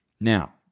Now